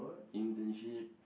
internship